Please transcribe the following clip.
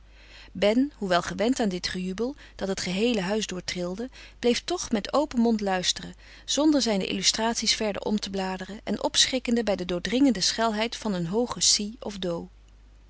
ben hoewel gewend aan dit gejubel dat het geheele huis doortrilde bleef toch met open mond luisteren zonder zijne illustraties verder om te bladeren en opschrikkende bij de doordringende schelheid van een hooge si of do